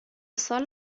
سال